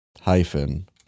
hyphen